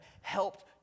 helped